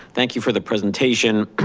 thank you for the presentation.